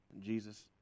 Jesus